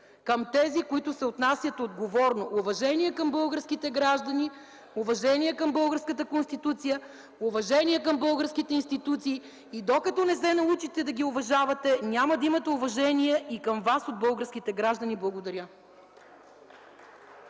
към тези, които се отнасят отговорно – уважение към българските граждани, уважение към българската Конституция, уважение към българските институции! Докато не се научите да ги уважавате, няма да имате уважение и към вас от българските граждани. Благодаря.